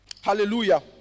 hallelujah